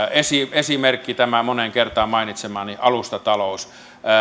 esimerkkinä tämä moneen kertaan mainitsemani alustatalous